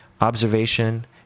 observation